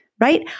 right